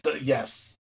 yes